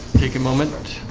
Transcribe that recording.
take a moment.